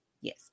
yes